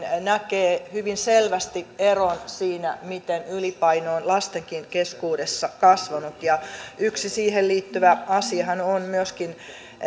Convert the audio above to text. näkee hyvin selvästi eron siinä miten ylipaino on lastenkin keskuudessa kasvanut ja yksi siihen liittyvä asiahan on myöskin